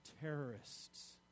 terrorists